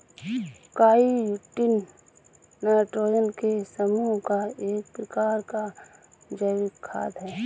chitin nitrogen के समूह का एक प्रकार का जैविक खाद है